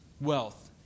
wealth